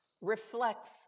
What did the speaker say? reflects